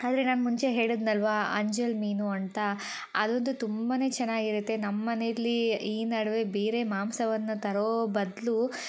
ಆದರೆ ನಾನು ಮುಂಚೆ ಹೇಳಿದ್ನಲ್ವಾ ಅಂಜಲ್ ಮೀನು ಅಂತ ಅದಂತೂ ತುಂಬಾ ಚೆನ್ನಾಗಿರತ್ತೆ ನಮ್ಮ ಮನೆಯಲ್ಲಿ ಈ ನಡುವೆ ಬೇರೆ ಮಾಂಸವನ್ನು ತರೋ ಬದಲು